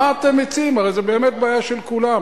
מה אתם מציעים, הרי זה באמת בעיה של כולם.